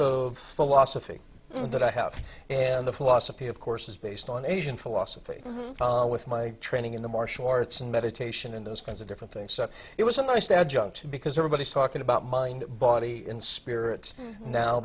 of philosophy that i have and the philosophy of course is based on asian philosophy with my training in the martial arts and meditation in those kinds of different things so it was almost adjunct because everybody's talking about mind body and spirit now